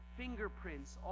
fingerprints